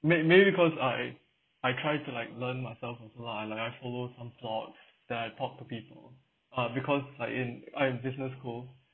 may maybe because I I try to like learn myself also lah I like I follow some vlogs then I talk to people uh because like in I'm in business school